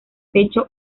pecho